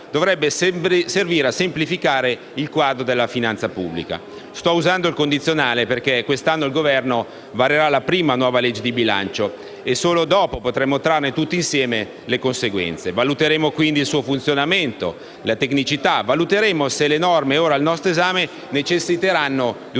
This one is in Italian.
dovrebbe servire a semplificare il quadro della finanza pubblica. Sto usando il condizionale, perché quest'anno il Governo varerà la prima nuova legge di bilancio e solo dopo potremo trarne, tutti insieme, le conseguenze. Valuteremo, quindi, il suo funzionamento, la tecnicità; valuteremo se le norme ora al nostro esame necessiteranno di un